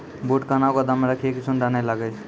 बूट कहना गोदाम मे रखिए की सुंडा नए लागे?